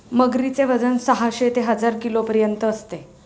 मगरीचे वजन साहशे ते हजार किलोपर्यंत असते